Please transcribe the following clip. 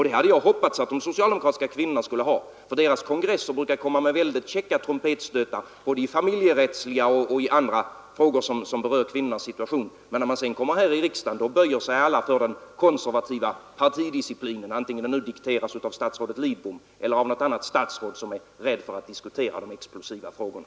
Det hade jag hoppats att de socialdemokratiska kvinnorna skulle ha, för deras kongresser brukar utstöta mycket käcka trumpetstötar både i familjerättsliga och andra frågor som rör kvinnornas situation. Men här i riksdagen böjer sig alla för den konservativa partidisciplinen, antingen den nu dikteras av statsrådet Lidbom eller av något annat statsråd som är rädd för att diskutera de explosiva frågorna.